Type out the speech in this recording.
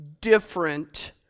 different